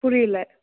புரியல